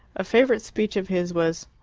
a favourite speech of his was,